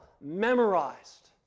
memorized